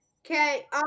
Okay